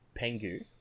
Pengu